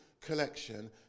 collection